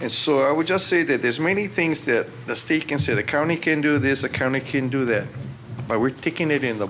and so i would just say that there's many things that the state can say the county can do this the county can do that but we're taking it in the